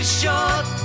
short